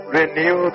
renew